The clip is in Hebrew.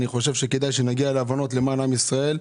אני חושב שכדאי שנגיע להבנות למען עם ישראל.